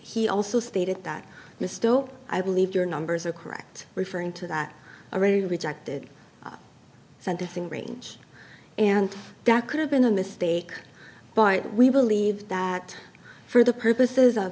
he also stated that misto i believe your numbers are correct referring to that already rejected sentencing range and that could have been a mistake but we believe that for the purposes of